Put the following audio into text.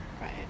right